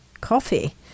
coffee